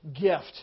gift